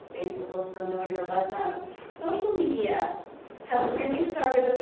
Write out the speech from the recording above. look familiar. social media has really started